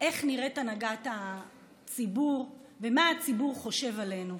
איך נראית הנהגת הציבור ומה הציבור חושב עלינו.